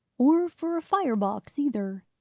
or for a fire-box either,